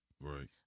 Right